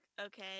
Okay